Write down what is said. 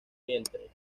vientre